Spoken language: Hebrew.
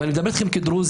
ואני מדבר אתכם כדרוזי.